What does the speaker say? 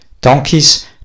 Donkeys